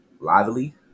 Lively